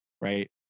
Right